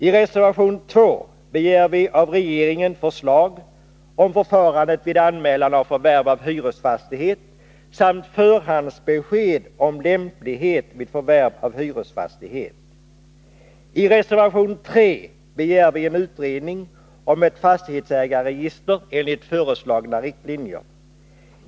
I reservation 2 begär vi av regeringen förslag om förfarandet vid anmälan av förvärv av hyresfastighet samt förhandsbesked om lämplighet vid förvärv av hyresfastighet. I reservation 3 begär vi en utredning om ett fastighetsägarregister enligt föreslagna riktlinjer.